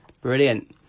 Brilliant